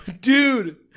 Dude